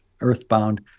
earthbound